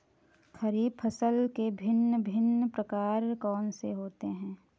खरीब फसल के भिन भिन प्रकार कौन से हैं?